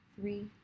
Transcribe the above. three